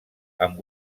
amb